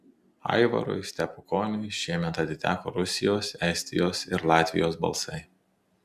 aivarui stepukoniui šiemet atiteko rusijos estijos ir latvijos balsai